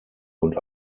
und